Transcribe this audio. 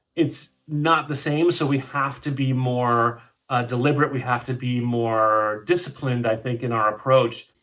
it's not the same, so we have to be more deliberate. we have to be more disciplined, i think, in our approach.